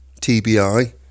TBI